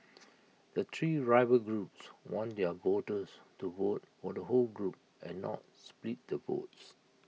the three rival groups want their voters to vote for the whole group and not split the votes